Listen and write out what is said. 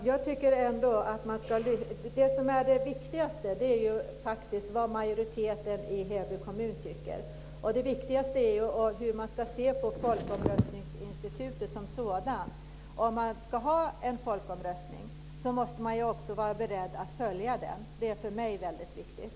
Fru talman! Jag tycker ändå att det viktigaste faktiskt är vad majoriteten i Heby kommun tycker och hur man ska se på folkomröstningsinstitutet som sådant. Om man ska ha en folkomröstning måste man också vara beredd att följa den. Det är för mig väldigt viktigt.